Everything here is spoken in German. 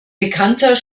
bekannter